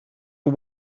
for